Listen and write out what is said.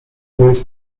więc